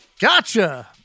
Gotcha